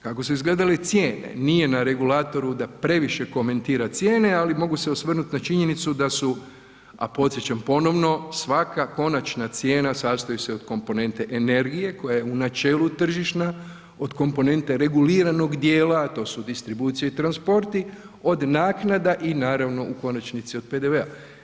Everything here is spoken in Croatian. Kako su izgledale cijene, nije na regulatoru da previše komentira cijene, ali mogu se osvrnut na činjenicu da su, a podsjećam ponovno, svaka konačna cijena sastoji se od komponente energije koja je u načelu tržišna, od komponente reguliranog dijela, to su distribucije i transporti, od naknada i naravno u konačnici od PDV-a.